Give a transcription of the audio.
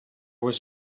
was